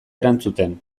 erantzuten